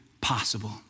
possible